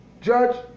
judge